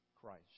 Christ